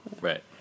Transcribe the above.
Right